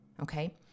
okay